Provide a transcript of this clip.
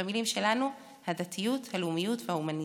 במילים שלנו: הדתיות, הלאומיות וההומניזם.